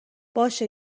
باشه